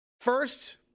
First